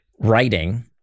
writing